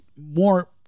more